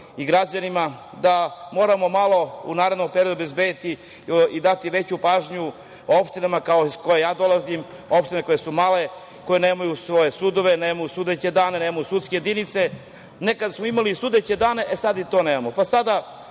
i građanima, da moramo malo u narednom periodu obezbediti i dati veću pažnju opštinama iz koje ja dolazim, opštinama koje su male, koje nemaju svoje sudove, nemaju sudeće dane, nemaju sudske jedinice. Nekad smo imali sudeće dane, a sada ni to nemamo.